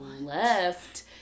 left